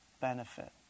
benefit